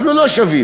אנחנו לא שווים,